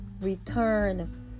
return